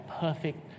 perfect